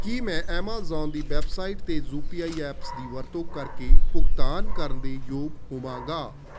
ਕੀ ਮੈਂ ਐਮਾਜ਼ਾਨ ਦੀ ਵੈੱਬਸਾਈਟ 'ਤੇ ਯੂ ਪੀ ਆਈ ਐਪਸ ਦੀ ਵਰਤੋਂ ਕਰਕੇ ਭੁਗਤਾਨ ਕਰਨ ਦੇ ਯੋਗ ਹੋਵਾਂਗਾ